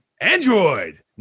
Android